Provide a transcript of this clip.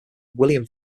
william